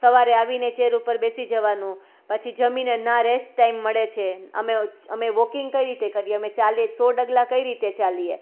સવારે આવીને ચેર ઉપર બેસી જવાનું પછી જમીને ના રેસ્ટ ટાઈમ મળે છે અમે અમે વૉકિંગ કઈ રીતે કરીએ અમે ચાલીએ અમે સો ડગલાં કઈ રીતે ચાલીએ